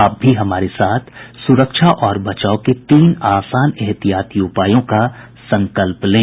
आप भी हमारे साथ सुरक्षा और बचाव के तीन आसान एहतियाती उपायों का संकल्प लें